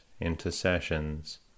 intercessions